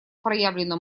проявлена